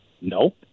no